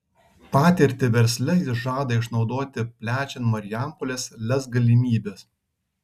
patirtį versle jis žada išnaudoti plečiant marijampolės lez galimybes